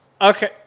okay